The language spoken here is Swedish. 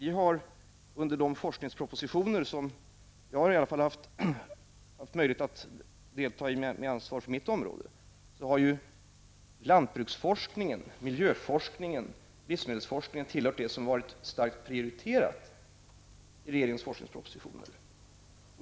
I de forskningspropositioner som jag har haft möjlighet att delta i med ansvar för mitt område har lantbruksforskningen, miljöforskningen och livsmedelsforskningen starkt prioriterats.